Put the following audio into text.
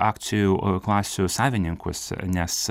akcijų klasių savininkus nes